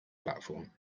platform